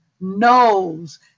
knows